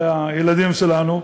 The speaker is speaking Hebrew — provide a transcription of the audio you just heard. על הילדים שלנו,